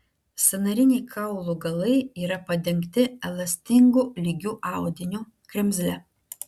sąnariniai kaulų galai yra padengti elastingu lygiu audiniu kremzle